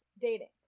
dating